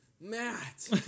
matt